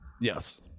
Yes